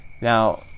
Now